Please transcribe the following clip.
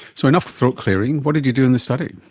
so enough throat clearing, what did you do in the study?